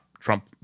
trump